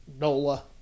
Nola